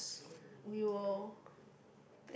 we will